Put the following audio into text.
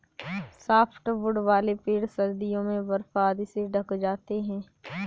softwood वाले पेड़ सर्दियों में बर्फ आदि से ढँक जाते हैं